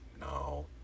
No